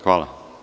Hvala.